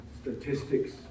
statistics